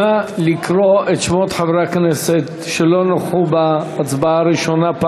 נא לקרוא בפעם השנייה את שמות חברי הכנסת שלא נכחו בהצבעה הראשונה.